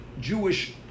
Jewish